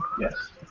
Yes